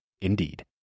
Indeed